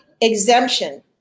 exemption